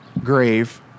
grave